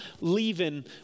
leaving